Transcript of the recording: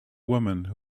woman